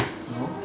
hello